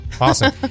Awesome